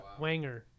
Wanger